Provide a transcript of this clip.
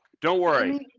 don't worry!